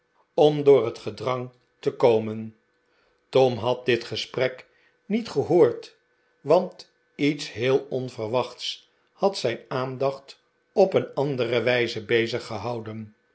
om door het getom vervult een geheimzinnige opdracht drang te komen tom had dit gesprek niet gehoord want ietsheel onverwachts had zijn aandacht op een andere wijze